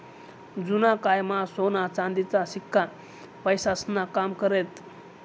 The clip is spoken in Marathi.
जुना कायमा सोना चांदीचा शिक्का पैसास्नं काम करेत